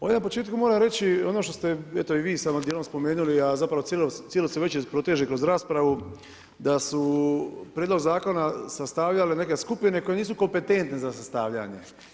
Ovdje na početku moram reći ono što ste eto i vi samo dijelom spomenuli, a zapravo cijelo se veče proteže kroz raspravu da su prijedlog zakona sastavljale neke skupine koje nisu kompetentne za sastavljanje.